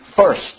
First